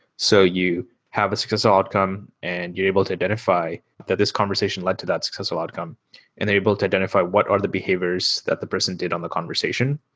so you have a successful outcome and you're able to identify that this conversation led to that successful outcome and they're able to identify what are the behaviors that the person did on the conversation.